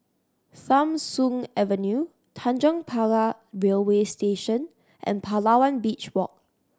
Tham Soong Avenue Tanjong Pagar Railway Station and Palawan Beach Walk